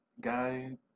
guy